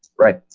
right?